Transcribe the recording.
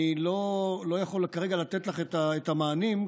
אני לא יכול כרגע לתת לך את המענים,